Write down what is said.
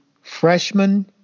freshman